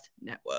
Network